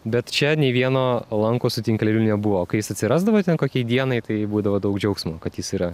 bet čia nei vieno lanko su tinkleliu nebuvo kai jis atsirasdavo ten kokiai dienai tai būdavo daug džiaugsmo kad jis yra